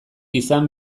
izan